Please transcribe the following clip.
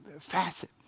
facet